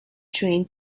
trained